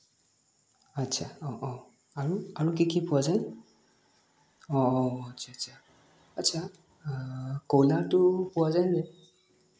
আচ্ছা অঁ অঁ আৰু আৰু কি কি পোৱা যায় অঁ অঁ আচ্ছা আচ্ছা আচ্ছা পোৱা যায় নে